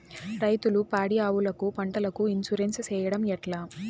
రైతులు పాడి ఆవులకు, పంటలకు, ఇన్సూరెన్సు సేయడం ఎట్లా?